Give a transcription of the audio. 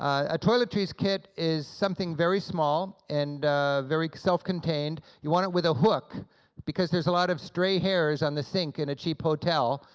a toiletries kit is something very small and very self-contained, you want it with a hook because there's a lot of stray hairs on the sink in a cheap hotel,